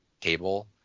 table